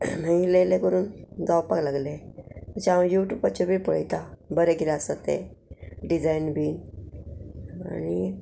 मागीर इल्ले इल्ले करून जावपाक लागले अशें हांव यू ट्यूबाचेर बी पळयता बरें किदें आसा तें डिजायन बीन आनी